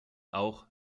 auch